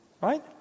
Right